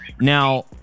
Now